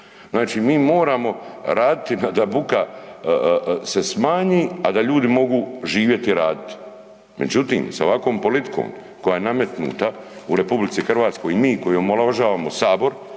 Znači, mi moramo raditi da buka se smanji, a da ljudi mogu živjeti i raditi. Međutim, sa ovakvom politikom koja je nametnuta u RH i mi koji omalovažavamo sabor,